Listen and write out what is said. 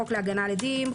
חוק להגנה על עדים,